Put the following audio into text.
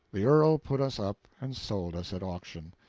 the earl put us up and sold us at auction.